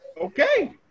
Okay